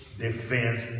Defense